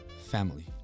family